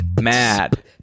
mad